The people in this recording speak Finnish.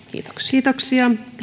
kiitoksia